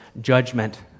judgment